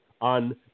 on